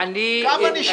כמה נשאר ממנה?